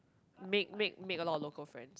make make make a lot of local friend